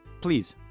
please